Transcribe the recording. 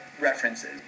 references